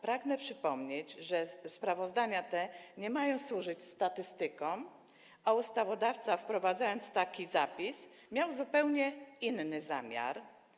Pragnę przypomnieć, że sprawozdania te nie mają służyć statystykom, a ustawodawca, wprowadzając taki zapis, miał zupełnie inny zamiar.